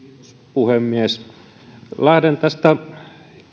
puhemies lähden tästä